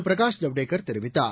பிரகாஷ் ஜவ்டேகர் தெரிவித்தார்